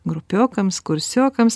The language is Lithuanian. grupiokams kursiokams